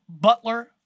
Butler